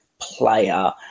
player